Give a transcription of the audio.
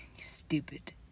Stupid